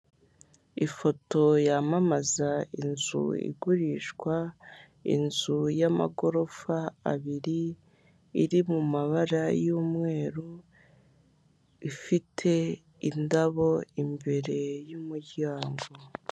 Ifoto yamamaza inzu igurishwa, inzu y'amagorofa abiri iri mu mabara y'umweru, ifite indabo imbere y'umuryango.